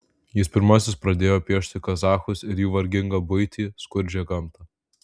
jis pirmasis pradėjo piešti kazachus ir jų vargingą buitį skurdžią gamtą